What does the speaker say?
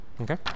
Okay